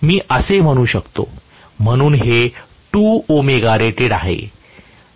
मी असे म्हणूं शकतो म्हणून हे 2ωrated आहे